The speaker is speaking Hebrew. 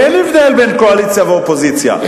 אין הבדל בין קואליציה לאופוזיציה,